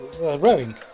rowing